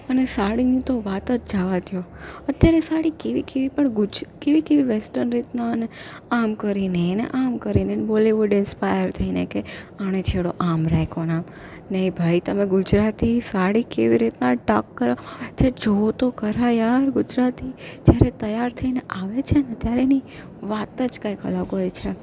અને સાડીની તો વાત જ જવા દો અત્યારે સાડી કેવી કેવી પણ કેવી કેવી વેસ્ટર્ન રીતના અને આમ કરીને ને આમ કરીને ને બૉલીવુડ ઇન્સ્પાયર થઈને કે આણે છેડો આમ રાખ્યોને આમ નહીં ભાઈ તમે ગુજરાતી સાડી કેવી રીતના ટક કરો જે જોવો તો ખરા યાર ગુજરાતી જ્યારે તૈયાર થઈને આવે છેને ત્યારે એની વાત જ કાંઈક અલગ હોય છે